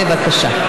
בבקשה.